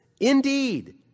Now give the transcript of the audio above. indeed